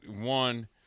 One